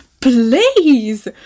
Please